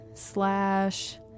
slash